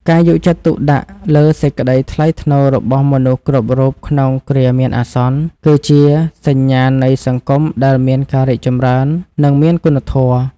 ការយកចិត្តទុកដាក់លើសេចក្តីថ្លៃថ្នូររបស់មនុស្សគ្រប់រូបក្នុងគ្រាមានអាសន្ន គឺជាសញ្ញាណនៃសង្គមដែលមានការរីកចម្រើន និងមានគុណធម៌។